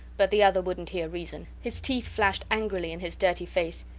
but the other wouldnt hear reason. his teeth flashed angrily in his dirty face.